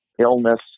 illness